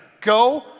go